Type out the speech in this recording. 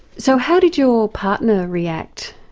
so how did your partner react?